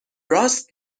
راست